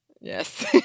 Yes